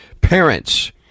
parents